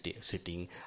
sitting